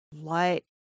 light